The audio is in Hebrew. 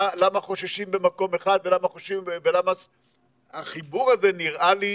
למה חוששים במקום אחד ולמה החיבור הזה נראה לי